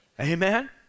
amen